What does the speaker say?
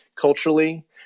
culturally